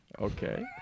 Okay